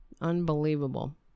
Unbelievable